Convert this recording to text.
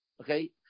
okay